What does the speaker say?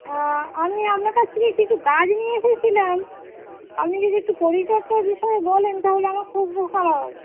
হ্যাঁ আমি আপনার কাছ থেকে কিছু গাছ নিয়ে এসেছিলাম আপনি যদি একটু পরিচর্চার বিষয়ে বলেন তাহলে আমার খুব উপকার হয়